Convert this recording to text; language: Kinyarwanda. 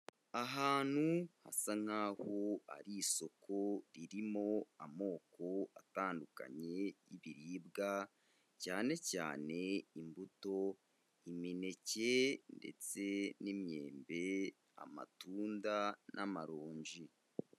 Ahantu hasa nk'aho ari isoko ririmo amoko atandukanye y'ibiribwa, cyane cyane imbuto, imineke, ndetse n'imyembe, amatunda n'amaronji.